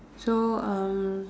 so uh